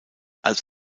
als